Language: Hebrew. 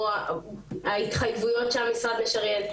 או התחייבויות שהמשרד משריין,